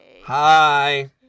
Hi